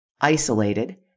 isolated